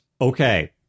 okay